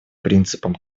принципом